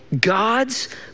God's